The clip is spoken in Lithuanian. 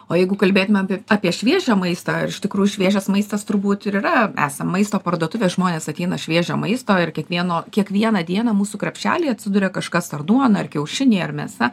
o jeigu kalbėtumėm apie apie šviežią maistą ir iš tikrųjų šviežias maistas turbūt ir yra esam maisto parduotuvės žmonės ateina šviežio maisto ir kiekvieno kiekvieną dieną mūsų krepšelyje atsiduria kažkas ar duona ar kiaušiniai ar mėsa